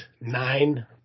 nine